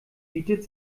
bietet